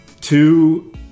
two